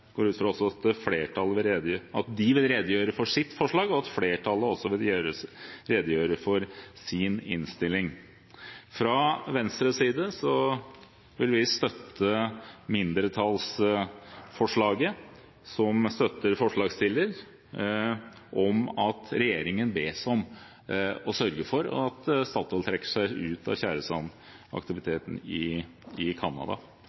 at flertallet også vil redegjøre for sin innstilling. Fra Venstres side vil vi støtte mindretallsforslaget, som støtter forslagsstilleren, om at regjeringen bes om å sørge for at Statoil trekker seg ut av tjæresandaktiviteten i Canada.